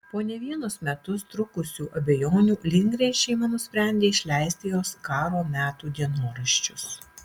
po ne vienus metus trukusių abejonių lindgren šeima nusprendė išleisti jos karo metų dienoraščius